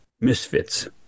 misfits